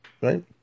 right